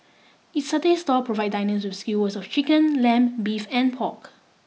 its satay stall provide diners with skewer of chicken lamb beef and pork